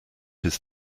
his